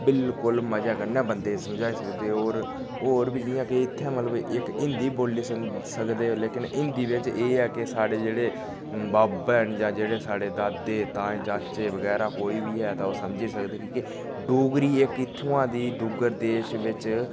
बिल्कुल मजे कन्नै बन्दे गी समझाई सकदे होर होर बी जि'यां के इत्थें मतलब इक हिन्दी बोली सकदे लेकिन हिन्दी बिच्च एह् ऐ कि साढ़े जेह्ड़े बब्ब हैन जां जेह्ड़े साढ़े दादे ताएं चाचे बगैरा कोई बी ऐ ते ओह् समझी सकदे कि के डोगरी इक इत्थुआं दी डुग्गर देश बिच्च